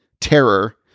terror